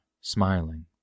smiling